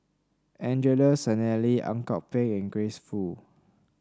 Angelo Sanelli Ang Kok Peng and Grace Fu